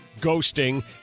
ghosting